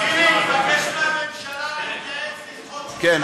חיליק, תבקש מהממשלה להתייעץ עם עוד, כן,